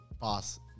boss